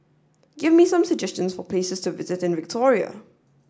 give me some suggestions for places to visit in Victoria